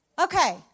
Okay